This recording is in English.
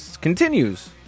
continues